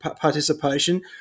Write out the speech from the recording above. participation